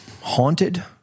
Haunted